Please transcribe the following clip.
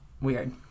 weird